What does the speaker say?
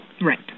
Right